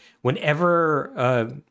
whenever